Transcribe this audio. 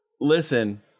Listen